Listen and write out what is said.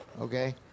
okay